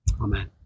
Amen